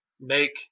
make